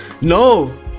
No